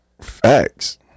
Facts